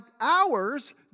hours